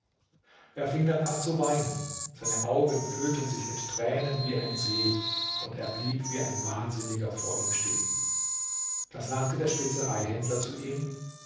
er fing dann an zu weinen seine augen füllten sich mit tränen wie ein see und er blieb wie ein wahnsinniger vor ihm stehen da sagte der spezereihändler zu ihm